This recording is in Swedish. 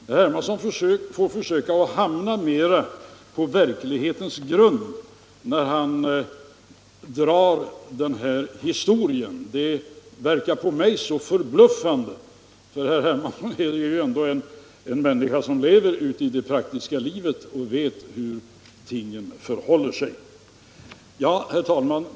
Herr Hermansson får försöka hamna mer på verklighetens grund när han drar den här historien. Det verkar på mig så förbluffande, för herr Hermansson är ändå en människa som lever i det praktiska livet och vet hur tingen förhåller sig. Herr talman!